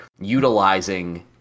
utilizing